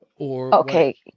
Okay